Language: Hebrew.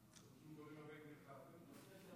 הנושא לוועדת הכלכלה נתקבלה.